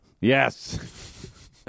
Yes